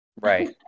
Right